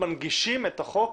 מנגישים את החוק